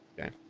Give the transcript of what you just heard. Okay